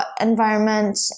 environment